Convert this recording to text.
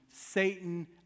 Satan